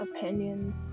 opinions